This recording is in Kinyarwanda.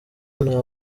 nta